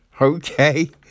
Okay